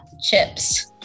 chips